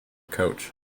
coach